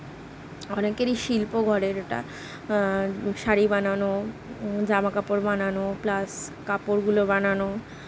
অনেকেরই শিল্প গড়ের ওটা শাড়ি বানানো জামা কাপড় বানানো প্লাস কাপড়গুলো বানানো